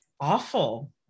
awful